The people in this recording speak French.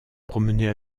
promener